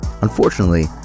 Unfortunately